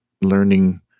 learning